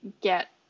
get